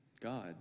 God